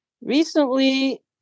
Recently